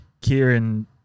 Kieran